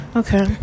okay